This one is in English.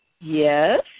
Yes